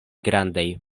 grandaj